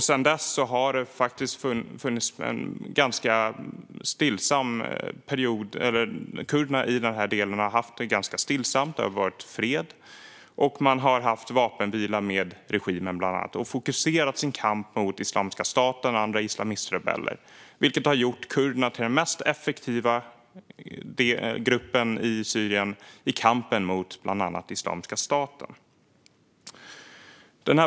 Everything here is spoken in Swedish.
Sedan dess har kurderna i den här delen haft det ganska stillsamt. Det har varit fred, och man har haft vapenvila med bland annat regimen. Man har fokuserat sin kamp mot Islamiska staten och andra islamistrebeller. Det har gjort kurderna till den mest effektiva gruppen i Syrien i kampen mot bland annat Islamiska staten.